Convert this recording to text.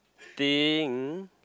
think